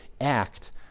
act